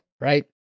Right